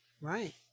Right